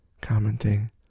commenting